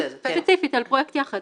ספציפית על פרויקט 'יחד'.